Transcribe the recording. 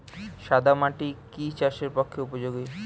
সাদা মাটি কি চাষের পক্ষে উপযোগী?